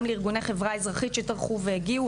לארגוני חברה אזרחית שטרחו והגיעו,